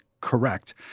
correct